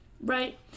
right